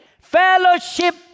Fellowship